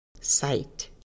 Sight